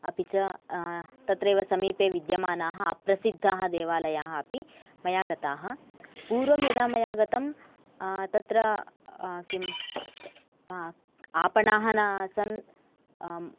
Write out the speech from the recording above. अपि च तत्रेव समीपे विद्यमानाः अप्रसिद्धाः देवालयाः अपि मया गताः पूर्वं यदा मया गतं तत्र किं आपणाः न आसन्